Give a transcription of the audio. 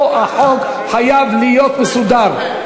פה החוק מחייב להיות מסודר.